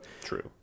True